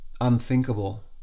unthinkable